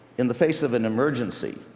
in the face of an emergency,